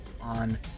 on